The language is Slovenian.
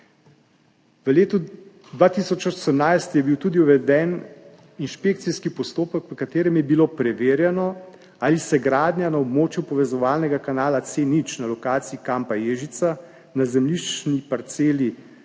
V letu 2018 je bil uveden tudi inšpekcijski postopek, v katerem je bilo preverjeno, ali se gradnja na območju povezovalnega kanala C0 na lokaciji kampa Ježica na zemljiščnih parcelah